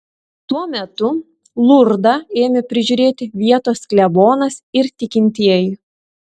tuo metu lurdą ėmė prižiūrėti vietos klebonas ir tikintieji